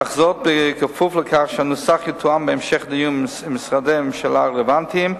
אך זאת כפוף לכך שהנוסח יתואם בהמשך דיון עם משרדי הממשלה הרלוונטיים,